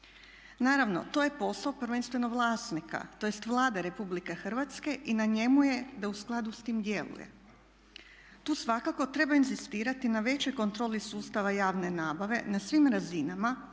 Naravno, to je posao prvenstveno vlasnika, tj. Vlade Republike Hrvatske i na njemu je da u skladu sa time djeluje. Tu svakako treba inzistirati na većoj kontroli sustava javne nabave na svim razinama